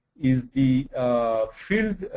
is the field,